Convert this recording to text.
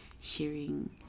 sharing